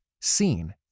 seen